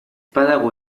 badago